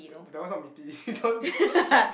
that that one is not meaty that one is fat